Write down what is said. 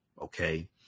Okay